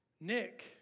Nick